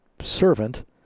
servant